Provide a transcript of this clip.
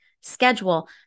schedule